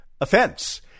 offense